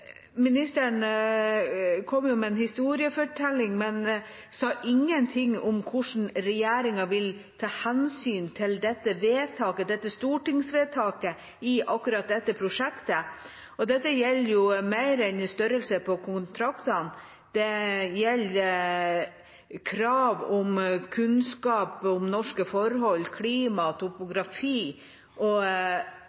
Ministeren kom jo med en historiefortelling, men sa ingenting om hvordan regjeringa vil ta hensyn til dette stortingsvedtaket i akkurat dette prosjektet. Og dette gjelder jo mer enn størrelse på kontraktene, det gjelder krav om kunnskap om norske forhold, klima,